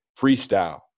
freestyle